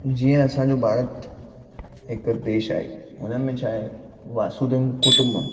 जीअं असांजो भारत हिकु देश आहे हुनमें छा आहे वासुदेव कुटुंब